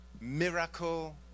miracle